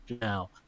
now